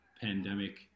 pandemic